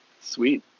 Sweet